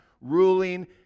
ruling